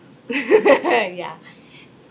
yeah